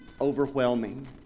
overwhelming